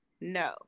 No